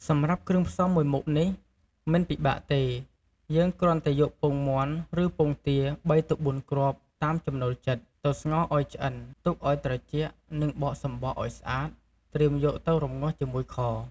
សម្រាប់គ្រឿងផ្សំមួយមុខនេះ មិនពិបាកទេ យើងគ្រាន់តែយកពងមាន់ ឬពងទា ៣ទៅ៤គ្រាប់ តាមចំណូលចិត្ត ទៅស្ងោរឱ្យឆ្អិន ទុកឱ្យត្រជាក់ និងបកសំបកឱ្យស្អាត ត្រៀមយកទៅរំងាស់ជាមួយខ។